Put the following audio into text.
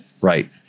right